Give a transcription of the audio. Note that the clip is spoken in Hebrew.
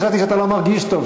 חשבתי שאתה לא מרגיש טוב,